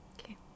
Okay